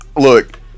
look